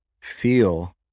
feel